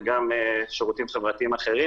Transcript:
וגם שירותים חברתיים אחרים.